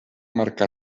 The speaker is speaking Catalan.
marca